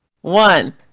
one